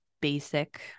basic